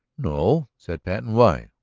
no, said patten. why?